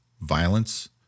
violence